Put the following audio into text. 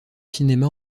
cinéma